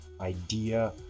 idea